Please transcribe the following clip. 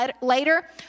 later